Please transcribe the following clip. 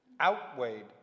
outweighed